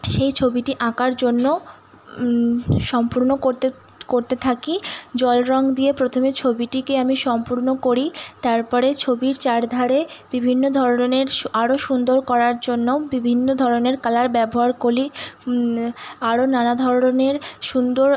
সেই ছবিটি আঁকার জন্য সম্পূর্ণ করতে করতে থাকি জল রঙ দিয়ে প্রথমে ছবিটিকে আমি সম্পূর্ণ করি তারপরে ছবির চারধারে বিভিন্ন ধরনের আরো সুন্দর করার জন্য বিভিন্ন ধরনের কালার ব্যবহার করি আরো নানা ধরনের সুন্দর